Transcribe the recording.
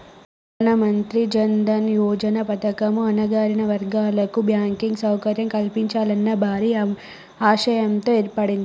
ప్రధానమంత్రి జన్ దన్ యోజన పథకం అణగారిన వర్గాల కు బ్యాంకింగ్ సౌకర్యం కల్పించాలన్న భారీ ఆశయంతో ఏర్పడింది